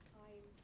time